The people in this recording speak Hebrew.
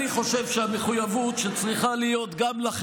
אני חושב שזה מה שצריך לעשות.